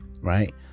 Right